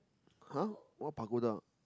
!huh! what pagoda